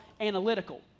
analytical